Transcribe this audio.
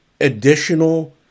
additional